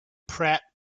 pratt